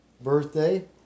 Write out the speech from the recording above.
birthday